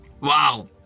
Wow